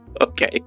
Okay